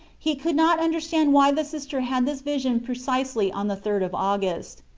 he could not understand why the sister had this vision precisely on the third of august.